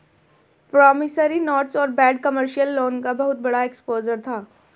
promissory notes और bad commercial loan का बहुत बड़ा एक्सपोजर था